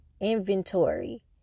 inventory